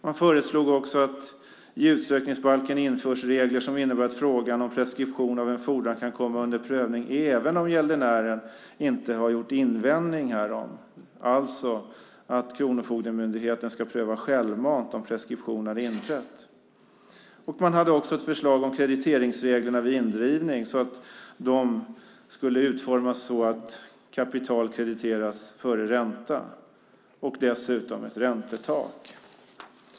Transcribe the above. Man föreslog också att det i utsökningsbalken införs regler som innebär att frågan om preskription av en fordran kan komma under prövning även om gäldenären inte har gjort invändningar härom, alltså att Kronofogdemyndigheten självmant ska pröva om preskription har inträtt. Man hade också ett förslag om att krediteringsreglerna vid indrivning utformas så att kapital krediteras före ränta och att ett räntetak införs.